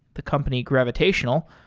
the company gravitational,